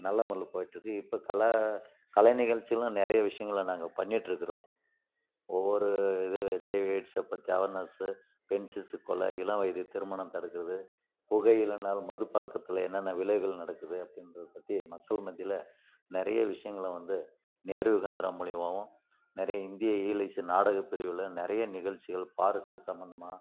நல்ல முறையில் போய்கிட்ருக்கு இப்போ கல கலை நிகழ்ச்சிகளும் நிறைய விஷயங்கள நாங்கள் பண்ணிகிட்டுருக்குறோம் ஒவ்வொரு இது எச்ஐவி எயிட்ஸை பற்றி அவர்னஸு பெண் சிசு கொலை இளம் வயது திருமணம் தடுக்கிறது புகையிலைனால் மதுப்பழக்கத்துல என்னென்ன விளைவுகள் நடக்குது அப்படின்றது பற்றி மக்கள் மத்தியில் நிறைய விஷயங்கள வந்து நேரு யுவ கேந்திரா மூலிமாவும் நிறைய இந்திய இயல் இசை நாடக பிரிவில் நிறைய நிகழ்ச்சிகள் ஃபாரஸ்ட்டு சம்பந்தமா